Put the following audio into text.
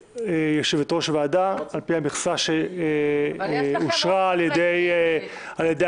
כיושבת-ראש ועדה על פי המכסה שאושרה על ידי הכנסת,